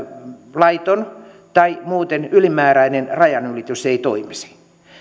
laiton tai muuten ylimääräinen rajanylitys ei toimisi